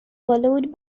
followed